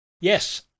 Yes